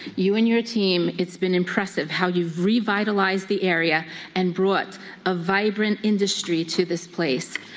you and your team, it's been impressive how you've revitalized the area and brought a vibrant industry to this place.